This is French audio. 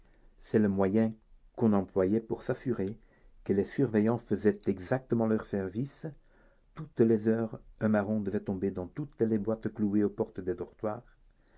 c'est le moyen qu'on employait pour s'assurer que les surveillants faisaient exactement leur service toutes les heures un marron devait tomber dans toutes les boîtes clouées aux portes des dortoirs